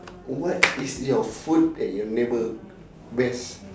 what is your food that your neighbour best